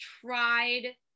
tried